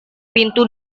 pintu